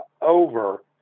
over